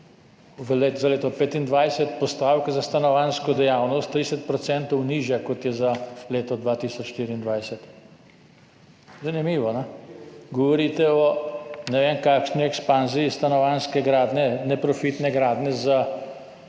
za leto 2025 postavka za stanovanjsko dejavnost 30 % nižja, kot je za leto 2024. Zanimivo, kajne. Govorite o ne vem kakšni ekspanziji stanovanjske gradnje, neprofitne gradnje za